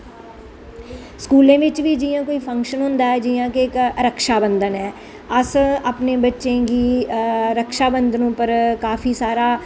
स्कूलें बिच बी जि'यां कोई फंक्शन होंदा ऐ जि'यां कि रक्षाबंधन ऐ अस अपने बच्चें गी रक्षाबंधन उप्पर काफी सारा